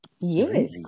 Yes